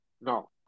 No